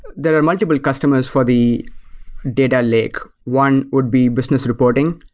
there are multiple customers for the data lake. one would be business reporting,